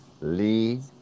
Lee